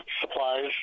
supplies